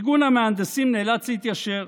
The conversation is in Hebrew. ארגון המהנדסים נאלץ להתיישר: